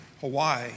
Hawaii